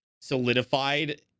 solidified